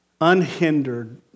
unhindered